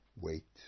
Wait